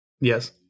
Yes